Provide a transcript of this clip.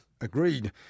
Agreed